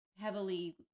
heavily